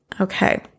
okay